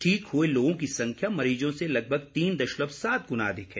ठीक हुए लोगों की संख्या मरीजों से लगभग तीन दशमलव सात गुना अधिक है